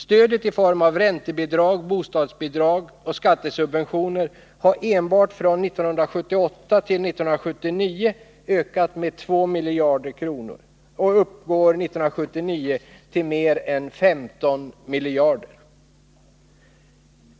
Stödet i form av räntebidrag, bostadsbidrag och skattesubventioner har enbart från 1978 till 1979 ökat med 2 miljarder kronor och uppgick 1979 till mer än 15 miljarder.